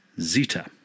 Zeta